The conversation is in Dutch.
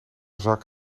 zak